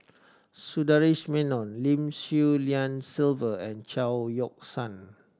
Sundaresh Menon Lim Swee Lian Sylvia and Chao Yoke San